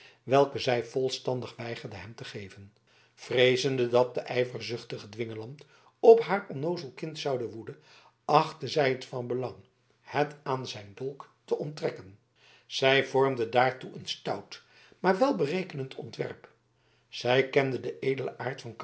welke zij volstandig weigerde hem te geven vreezende dat de ijverzuchtige dwingeland op haar onnoozel kind zoude woeden achtte zij het van belang het aan zijn dolk te onttrekken zij vormde daartoe een stout maar welberekend ontwerp zij kende den edelen